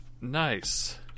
Nice